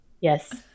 Yes